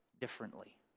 differently